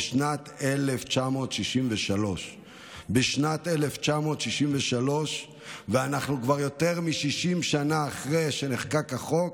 בשנת 1963. אנחנו כבר יותר מ-60 שנה אחרי שנחקק החוק,